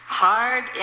hard